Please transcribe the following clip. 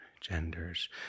genders